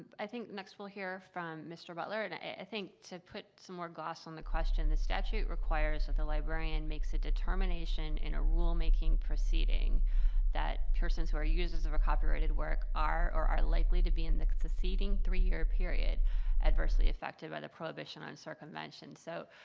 i think next we'll hear from mr. butler. and i think to put some more gloss on the question, the statute requires that the librarian makes a determination in a rulemaking proceeding that persons who are users of a copyrighted work are or are likely to be in the succeeding three-year period adversely affected by the prohibition on circumvention. so,